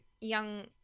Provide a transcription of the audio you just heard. young